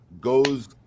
goes